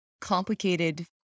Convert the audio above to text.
complicated